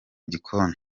gikoni